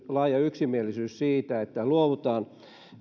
laaja yksimielisyys siitä että luovutaan